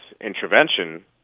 intervention